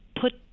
put